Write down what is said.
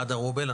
עדה רובל.